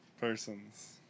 persons